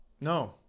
No